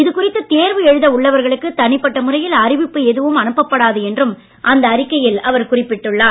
இது குறித்து தேர்வு எழுத உள்ளவர்களுக்கு தனிப்பட்ட முறையில் அறிவிப்பு எதுவும் அனுப்பப்படாது என்றும் அந்த அறிக்கையில் அவர் குறிப்பிட்டுள்ளார்